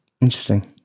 Interesting